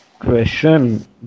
Question